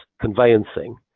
conveyancing